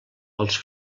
els